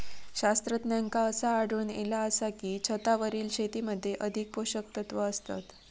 शास्त्रज्ञांका असा आढळून इला आसा की, छतावरील शेतीमध्ये अधिक पोषकतत्वा असतत